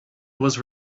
was